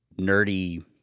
nerdy